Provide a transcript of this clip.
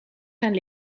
zijn